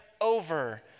over